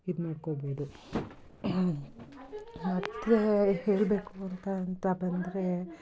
ಇದು ಮಾಡ್ಕೊಳ್ಬೋದು ಹೇಳಬೇಕು ಅಂತ ಅಂತ ಬಂದರೆ